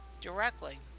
directly